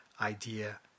idea